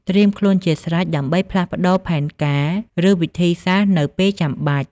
ត្រៀមខ្លួនជាស្រេចដើម្បីផ្លាស់ប្តូរផែនការ ឬវិធីសាស្រ្តនៅពេលចាំបាច់។